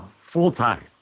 full-time